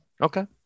okay